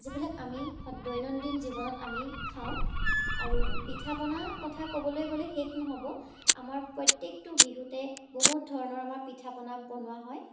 যিবিলাক আমি স দৈনন্দিন জীৱনত আমি খাওঁ আৰু পিঠা পনা কথা ক'বলৈ গ'লে শেষ নহ'ব আমাৰ প্ৰত্যেকটো বিহুতে বহুত ধৰণৰ আমাৰ পিঠা পনা বনোৱা হয়